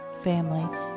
family